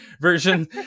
version